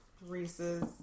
Reese's